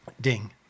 ding